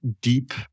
deep